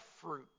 fruit